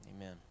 Amen